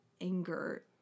anger